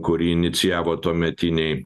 kurį inicijavo tuometiniai